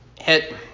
hit